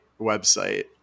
website